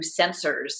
sensors